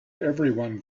everyone